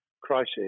crisis